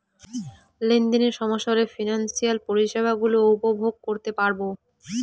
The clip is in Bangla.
লেনদেনে সমস্যা হলে ফিনান্সিয়াল পরিষেবা গুলো উপভোগ করতে পারবো